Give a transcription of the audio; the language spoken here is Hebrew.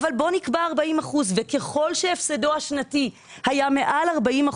אבל בוא נקבע 40% וככל שהפסדו השנתי היה מעל 40%,